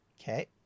Okay